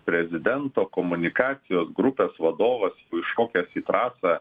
prezidento komunikacijos grupės vadovas užšokęs trasą